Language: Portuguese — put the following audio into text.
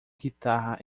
guitarra